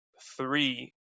three